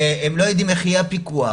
הם לא יודעים איך יהיה הפיקוח,